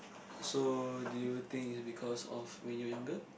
so do you think is because of when you are younger